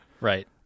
Right